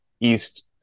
East